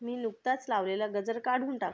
मी नुकताच लावलेला गजर काढून टाक